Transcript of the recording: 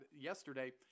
yesterday